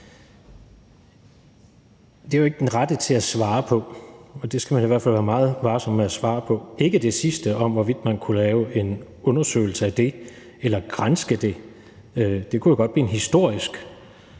Det er jeg jo ikke den rette til at svare på, og det skal man i hvert fald være meget varsom med at svare på – ikke det sidste om, hvorvidt man kunne lave en undersøgelse af det eller granske det, for det kunne jo godt blive en historisk